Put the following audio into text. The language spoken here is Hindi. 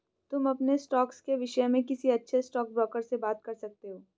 तुम अपने स्टॉक्स के विष्य में किसी अच्छे स्टॉकब्रोकर से बात कर सकते हो